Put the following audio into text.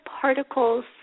particles